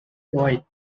boyd